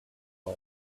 boy